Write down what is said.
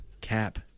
Cap